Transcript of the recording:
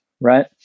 Right